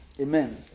Amen